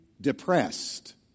depressed